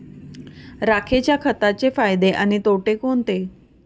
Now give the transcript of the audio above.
राखेच्या खताचे फायदे आणि तोटे कोणते?